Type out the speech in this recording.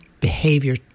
behavior